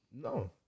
No